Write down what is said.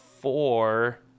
four